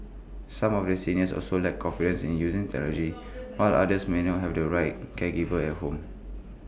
some of the seniors also lack confidence in using technology while others may not have the right caregivers at home